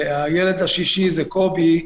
הילד השישי קובי,